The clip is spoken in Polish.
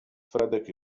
fredek